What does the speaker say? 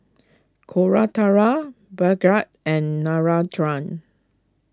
Koratala Bhagat and Narendra